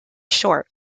short